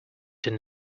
than